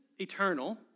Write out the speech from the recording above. eternal